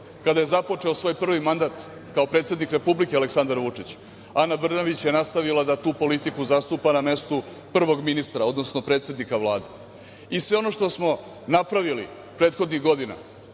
Kada je započeo svoj prvi mandat, kao predsednik Republike Aleksandar Vučić, Ana Brnabić je nastavila da tu politiku zastupa na mestu prvog ministra, odnosno predsednika Vlade. I, sve ono što smo napravili prethodnih godina